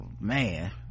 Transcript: man